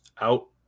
Out